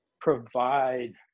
provide